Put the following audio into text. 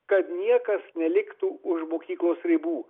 kad niekas neliktų už mokyklos ribų